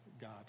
God